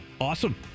Awesome